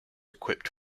equipped